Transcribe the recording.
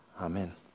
Amen